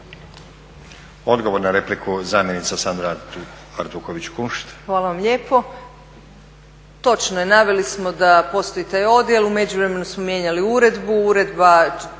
Odgovor na repliku, zamjenica Sandra Artuković Kunšt.